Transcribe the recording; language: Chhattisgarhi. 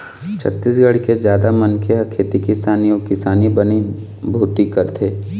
छत्तीसगढ़ के जादा मनखे ह खेती किसानी अउ किसानी बनी भूथी करथे